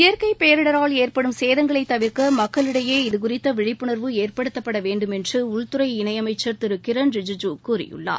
இயற்கை பேரிடரால் ஏற்படும் சேதங்களை தவிர்க்க மக்களிடையே இதுகுறித்த விழிப்புணர்வு ஏற்படுத்தப்பட வேண்டும் என்று உள்துறை இணையமைச்சர் திரு கிரண் ரிஜிஜு கூறியுள்ளார்